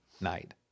night